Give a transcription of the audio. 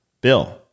Bill